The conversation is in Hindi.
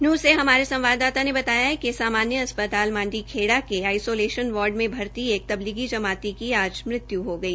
नूंह से हमारे संवादाता ने बताया कि सामान्य अस्पताल मांडीखेड़ा के आईसोलेशन वार्ड में भरती एक तबलींगी जमाती की आज मृत्यु हो गई